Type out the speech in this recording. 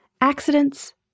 Accidents